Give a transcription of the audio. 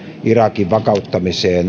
irakin vakauttamiseen